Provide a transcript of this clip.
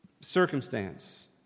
circumstance